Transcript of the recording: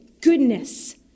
goodness